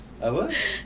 apa